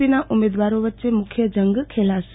પી ના ઉમેદવારો વચ્ચે મુખ્ય જંગ ખેલાશે